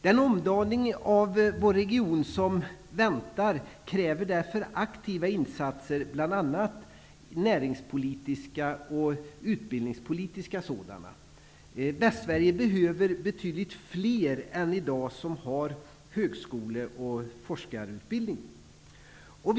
Den omdaning av vår region som väntar kräver därför aktiva insatser, bl.a. näringspolitiska och utbildningspolitiska sådana. Västsverige behöver betydligt fler personer som har högskole och forskarutbildning än vad man har i dag.